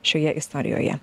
šioje istorijoje